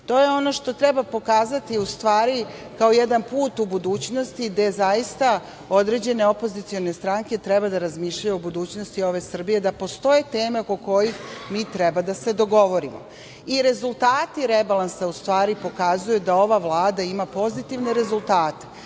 je ono što treba pokazati kao jedan put u budućnosti, gde zaista određene opozicione stranke treba da razmišljaju o budućnosti ove Srbije, da postoji tema oko koje mi treba da se dogovorimo. I rezultati rebalansa pokazuju da ova Vlada ima pozitivne rezultate,